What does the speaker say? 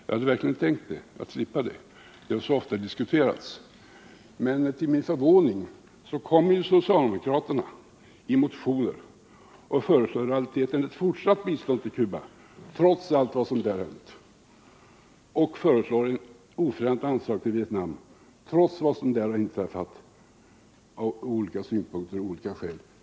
Jag hade verkligen tänkt slippa det, eftersom detta bistånd så ofta har diskuterats, men till min förvåning föreslår socialdemokraterna i motioner fortsatt bistånd till Cuba, trots allt vad som där hänt, och ett oförändrat anslag till Vietnam, trots allt vad som där inträffat, och de anför olika synpunkter och olika skäl härför.